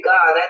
God